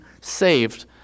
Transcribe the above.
saved